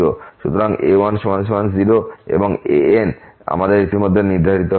সুতরাং a10 এবং an আমাদের ইতিমধ্যে নির্ণিত হয়েছে